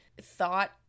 thought